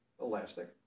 Elastic